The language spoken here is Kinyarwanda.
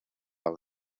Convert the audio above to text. love